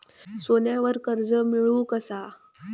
सोन्यावर कर्ज मिळवू कसा?